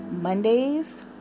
Mondays